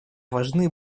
важны